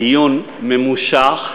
דיון ממושך,